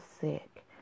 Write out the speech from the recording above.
sick